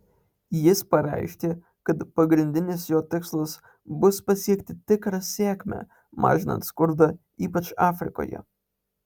jis pareiškė kad pagrindinis jo tikslas bus pasiekti tikrą sėkmę mažinant skurdą ypač afrikoje